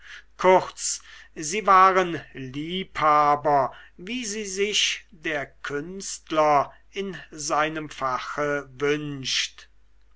kurz sie waren liebhaber wie sie sich der künstler in seinem fache wünscht